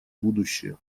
будущее